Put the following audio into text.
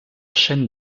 chaîne